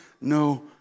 no